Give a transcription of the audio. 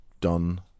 done